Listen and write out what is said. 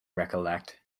recollect